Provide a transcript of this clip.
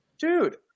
Dude